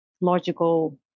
logical